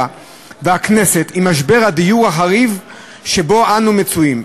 והכנסת עם משבר הדיור החריף שבו אנו מצויים.